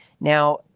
Now